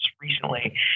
recently